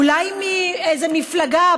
ואולי מאיזו מפלגה,